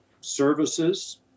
services